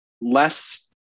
less